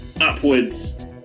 upwards